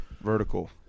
vertical